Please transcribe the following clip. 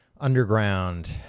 underground